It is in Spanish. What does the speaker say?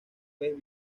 vez